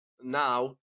Now